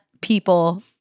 people